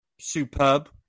superb